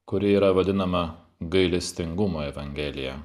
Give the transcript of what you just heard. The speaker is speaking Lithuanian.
kuri yra vadinama gailestingumo evangelija